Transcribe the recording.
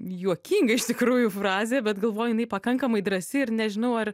juokinga iš tikrųjų frazė bet galvoju jinai pakankamai drąsi ir nežinau ar